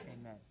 Amen